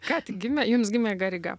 ką tik gimė jums gimė gariga